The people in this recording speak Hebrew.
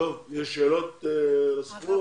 יש שאלות לסוכנות?